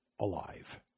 alive